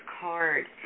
card